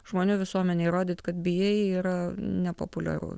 žmonių visuomenei įrodyt kad bijai yra nepopuliaru